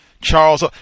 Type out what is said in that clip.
charles